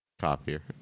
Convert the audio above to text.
Copier